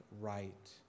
right